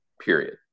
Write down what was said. Period